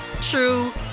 true